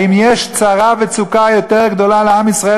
האם יש צרה וצוקה יותר גדולה לעם ישראל